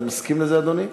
אתה מסכים לזה, אדוני?